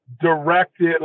directed